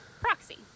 proxy